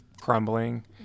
crumbling